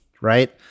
right